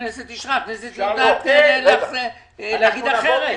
הכנסת אישרה, הכנסת יודעת גם להגיד אחרת.